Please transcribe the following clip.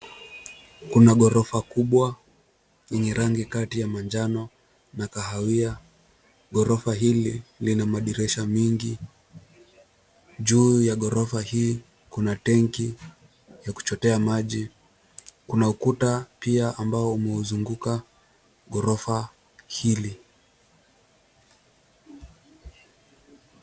Kuna gorofa kubwa yenye rangi kati ya manjano na kahawia. Ghorofa hili lina madirisha mengi. Juu ya ghorofa hii kuna tenki ya kuchotea maji. Kuna ukuta pia ambao umeuzunguka ghorofa hili.